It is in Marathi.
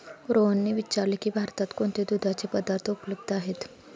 रोहनने विचारले की भारतात कोणते दुधाचे पदार्थ उपलब्ध आहेत?